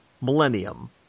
Millennium